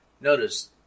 Notice